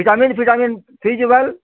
vitamin vitamin ହେଇଛେ ଭାଏଲ୍